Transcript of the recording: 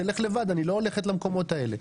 שהוא ילך לבד כי היא לא הולכת למקומות האלה.